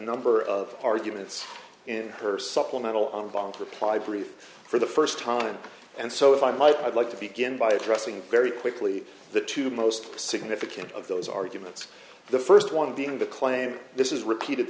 number of arguments in her supplemental on bond reply brief for the first time and so if i might i'd like to begin by addressing very quickly the two most significant of those arguments the first one being the claim this is repeated